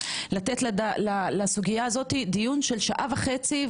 לתת לסוגיה הזאת דיון של שעה וחצי,